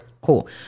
Cool